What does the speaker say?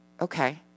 okay